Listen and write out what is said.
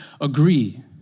agree